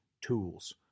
tools